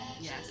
Yes